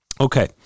Okay